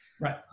Right